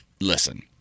Listen